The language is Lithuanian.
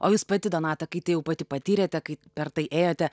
o jūs pati donata kai tai jau pati patyrėte kai per tai ėjote